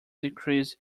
decrease